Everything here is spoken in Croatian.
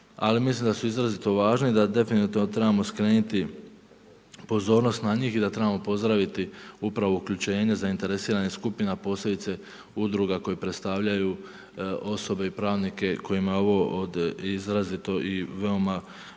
ali mislim da su izrazito važni i da definitivno trebamo skreniti pozornost na njih i da trebamo pozdraviti upravo uključenje zainteresiranih skupina, posebice udruga koje predstavljaju osobe i pravnike kojima je ovo od izrazito i veoma